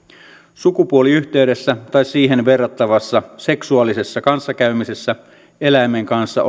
sukupuoliyhteydessä tai siihen verrattavassa seksuaalisessa kanssakäymisessä eläimen kanssa